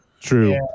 True